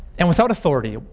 and without authority,